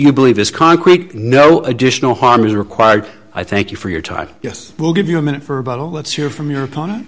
you believe is concrete no additional harm is required i thank you for your time yes we'll give you a minute for a bottle let's hear from your opponent